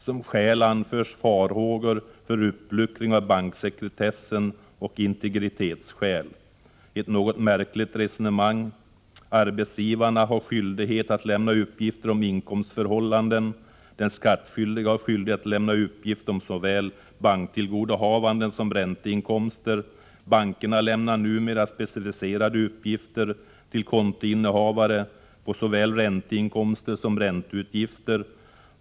Som skäl anförs farhågor för uppluckring av banksekretessen och integritetsskäl. Det är ett något märkligt resonemang. Arbetsgivarna har skyldighet att lämna uppgifter om inkomstförhållanden, och den skattskyldige har skyldighet att lämna uppgift om såväl banktillgodohavanden som ränteinkomster. Bankerna lämnar numera specificerade uppgifter till kontoinnehavarna på såväl ränteinkomster som ränteutgifter.